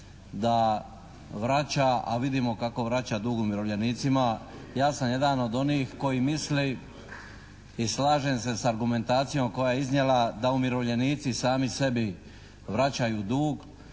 da vraća, a vidimo kako vraća dug umirovljenicima. Ja sam jedan od onih koji misli i slažem se s argumentacijom koja je iznijela da umirovljenici sami sebi vraćaju dug